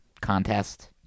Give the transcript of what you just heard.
contest